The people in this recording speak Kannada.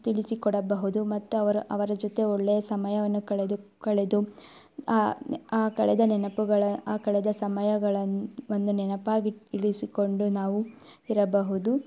ತಿಳಿಸಿಕೊಡಬಹುದು ಮತ್ತು ಅವರ ಅವರ ಜೊತೆ ಒಳ್ಳೆಯ ಸಮಯವನ್ನು ಕಳೆದು ಕಳೆದು ಆ ಆ ಕಳೆದ ನೆನಪುಗಳ ಆ ಕಳೆದ ಸಮಯಗಳನ್ನು ಒಂದು ನೆನಪಾಗಿ ಇರಿಸಿಕೊಂಡು ನಾವು ಇರಬಹುದು